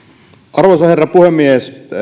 arvoisa herra puhemies